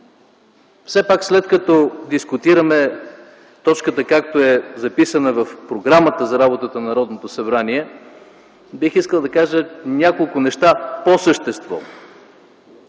Все пак, след като дискутираме точката както е записана в Програмата за работата на Народното събрание, бих искал да кажа няколко неща по същество.